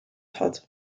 hat